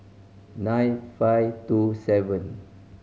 nine five two seven